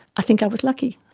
i think i was lucky.